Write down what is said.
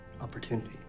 Opportunity